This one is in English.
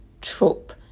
trope